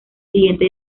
siguiente